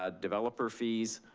ah developer fees,